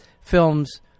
films